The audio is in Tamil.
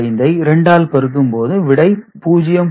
25 ஐ 2 ஆல் பெருக்கும்போது விடை 0